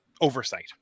oversight